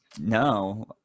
no